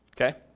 okay